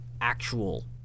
actual